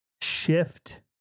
shift